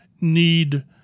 need